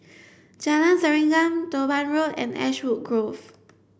Jalan Serengam Durban Road and Ashwood Grove